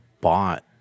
bought